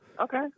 Okay